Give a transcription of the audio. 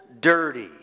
dirty